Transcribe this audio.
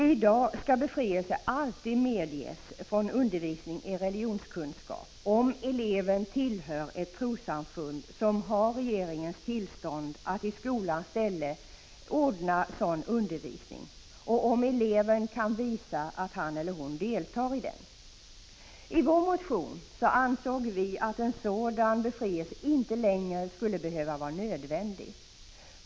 I dag skall befrielse alltid medges från undervisning i religionskunskap, om eleventillhör ett trossamfund som har regeringens tillstånd att i skolans ställe ordna sådan undervisning och om eleven kan visa att han eller hon deltar i denna. I vår motion anför vi att sådan befrielse inte längre är nödvändig.